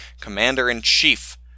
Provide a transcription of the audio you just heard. commander-in-chief